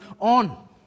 on